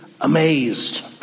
amazed